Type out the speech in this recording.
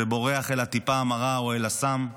ובורח אל הטיפה המרה או אל הסם.